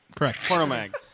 Correct